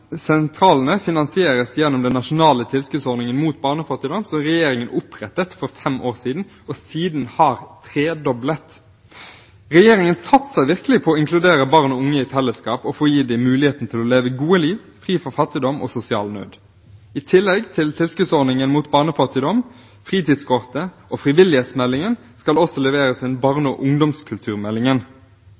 sentralene finansieres gjennom den nasjonale tilskuddsordningen mot barnefattigdom som regjeringen opprettet for fem år siden og siden har tredoblet. Regjeringen satser virkelig på å inkludere barn og unge i fellesskap og å gi dem mulighet til å leve et godt liv, fri for fattigdom og sosial nød. I tillegg til tilskuddsordningen mot barnefattigdom, fritidskortet og frivillighetsmeldingen skal det leveres en barne- og